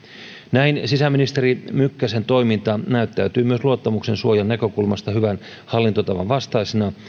näin sisäministeri mykkäsen toiminta näyttäytyy myös luottamuksensuojan näkökulmasta hyvän hallintotavan vastaisena